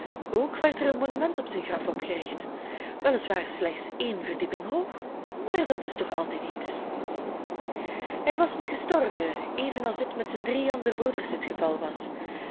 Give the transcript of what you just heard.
ook werd er een monument op zijn graf opgericht wel is waar slechts één verdieping hoog maar dat is toch altijd iets hij was nu gestorven evenals dit met zijn drie andere broeders het geval was